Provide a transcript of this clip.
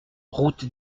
route